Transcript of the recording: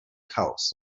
chaos